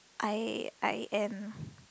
I I am